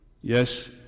Yes